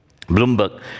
Bloomberg